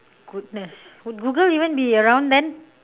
goodness would google even be around then